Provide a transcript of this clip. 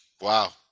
Wow